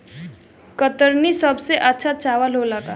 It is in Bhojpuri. कतरनी सबसे अच्छा चावल होला का?